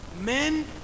men